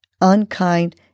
unkind